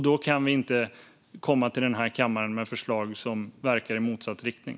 Då kan vi inte komma hit till kammaren med förslag som verkar i motsatt riktning.